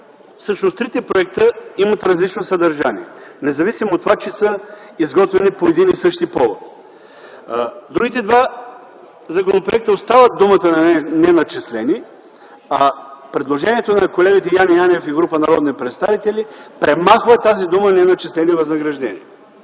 Всъщност и трите законопроекта имат различно съдържание, независимо от това че са изготвени по един и същи повод. В другите два законопроекта остава думата „неначислени”, а предложението на колегите Яне Янев и група народни представители премахва тази дума „неначислени възнаграждения”.